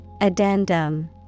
Addendum